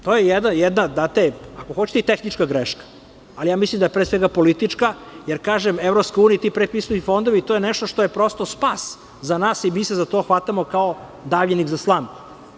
To je jedna ako hoćete i tehnička greška, ali ja mislim da je pre svega politička, jer Evropskoj uniji ti pretpristupni fondovi, to je nešto što je prosto spas za nas i mi se za to hvatamo kao davljenik za slamku.